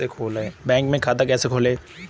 Bank में खाता कैसे खोलें?